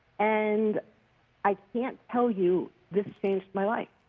and i can't tell you, this changed my life.